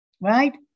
right